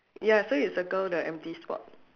ya so you circle the empty spot